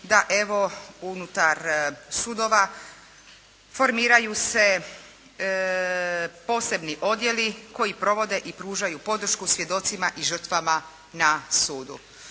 da evo unutar sudova formiraju se posebni odjeli koji provode i pružaju podršku svjedocima i žrtvama na sudu.